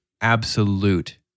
absolute